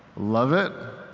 love it.